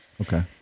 Okay